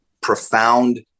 profound